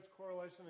correlation